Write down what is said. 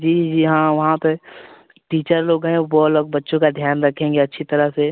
जी जी हाँ वहाँ पर टीचर लोग हैं वह लोग बच्चों का ध्यान रखेंगे अच्छी तरह से